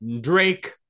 Drake